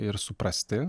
ir suprasti